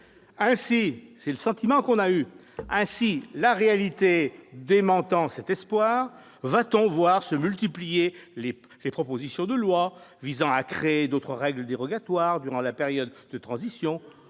tout cas le sentiment que l'on a eu ! La réalité démentant cet espoir, va-t-on voir se multiplier les propositions de loi visant à créer d'autres règles dérogatoires durant la période de transition,